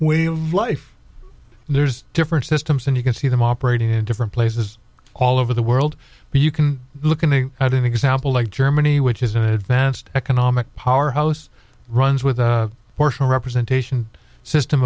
way of life there's different systems and you can see them operating in different places all over the world but you can look at me i don't example like germany which is an advanced economic powerhouse runs with partial representation system